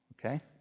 okay